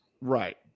right